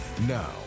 now